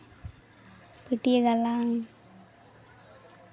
ᱯᱟᱹᱴᱭᱟᱹ ᱜᱟᱞᱟᱝ